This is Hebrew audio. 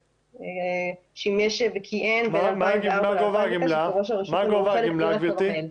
שהוא שימש וכיהן בין 2004 ל-2008 כראש הרשות בעיר הכרמל.